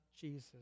Jesus